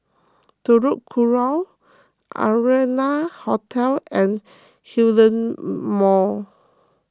Telok Kurau Arianna Hotel and Hillion Mall